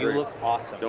you look awesome.